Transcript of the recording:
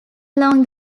along